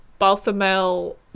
Balthamel